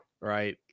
right